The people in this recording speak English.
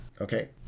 Okay